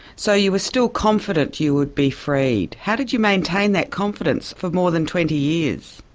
so you were still confident you would be freed. how did you maintain that confidence for more than twenty years?